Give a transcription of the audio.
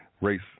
race